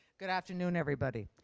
good afternoon everybody.